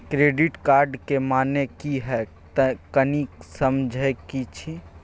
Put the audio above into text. Credit card के माने की हैं, कनी समझे कि छि?